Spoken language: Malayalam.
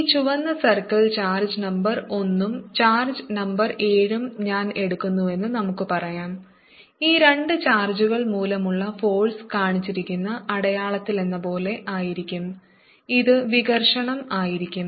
ഈ ചുവന്ന സർക്കിൾ ചാർജ് നമ്പർ 1 ഉം ചാർജ് നമ്പർ 7 ഉം ഞാൻ ഏടുക്കുന്നുവെന്ന് നമുക്ക് പറയാം ഈ രണ്ട് ചാർജുകൾ മൂലമുള്ള ഫോഴ്സ് കാണിച്ചിരിക്കുന്ന അടയാളത്തിലെന്നപോലെ ആയിരിക്കും ഇത് വികർഷണം ആയിരിക്കും